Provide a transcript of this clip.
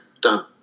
done